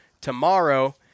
tomorrow